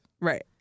Right